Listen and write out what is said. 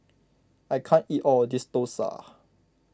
I can't eat all of this Dosa